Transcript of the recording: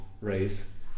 race